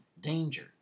danger